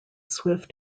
swift